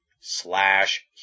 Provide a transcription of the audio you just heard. slash